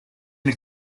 nel